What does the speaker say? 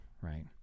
right